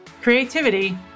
creativity